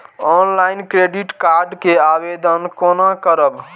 Online credit card के आवेदन कोना करब?